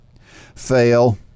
Fail